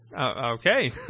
okay